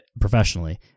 professionally